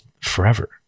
forever